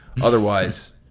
otherwise